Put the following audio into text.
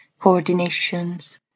coordinations